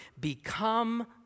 Become